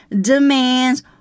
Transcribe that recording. demands